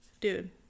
dude